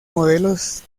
modelos